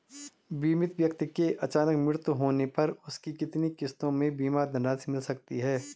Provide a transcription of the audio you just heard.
बीमित व्यक्ति के अचानक मृत्यु होने पर उसकी कितनी किश्तों में बीमा धनराशि मिल सकती है?